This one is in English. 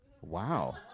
Wow